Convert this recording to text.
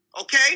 Okay